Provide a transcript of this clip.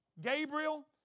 Gabriel